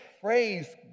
Praise